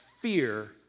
fear